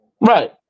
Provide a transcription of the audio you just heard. Right